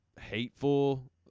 hateful